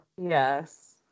yes